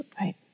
Right